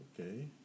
Okay